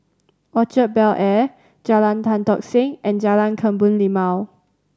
Orchard Bel Air Jalan Tan Tock Seng and Jalan Kebun Limau